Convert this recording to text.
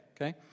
okay